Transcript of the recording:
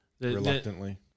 reluctantly